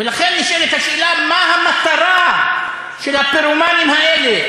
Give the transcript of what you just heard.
ולכן נשאלת השאלה, מה המטרה של הפירומנים האלה?